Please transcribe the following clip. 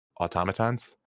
automatons